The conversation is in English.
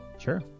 Sure